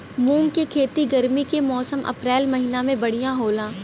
मुंग के खेती गर्मी के मौसम अप्रैल महीना में बढ़ियां होला?